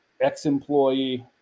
ex-employee